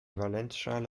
valenzschale